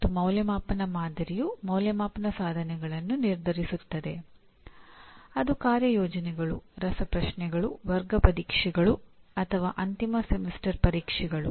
ಮತ್ತು ಅಂದಾಜುವಿಕೆ ಮಾದರಿಯು ಅಂದಾಜುವಿಕೆಯ ಸಾಧನಗಳನ್ನು ನಿರ್ಧರಿಸುತ್ತದೆ ಅದು ಕಾರ್ಯಯೋಜನೆಗಳು ರಸಪ್ರಶ್ನೆಗಳು ವರ್ಗ ಪರೀಕ್ಷೆಗಳು ಅಥವಾ ಅಂತಿಮ ಸೆಮಿಸ್ಟರ್ ಪರೀಕ್ಷೆಗಳು